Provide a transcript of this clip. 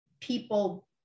people